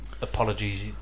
apologies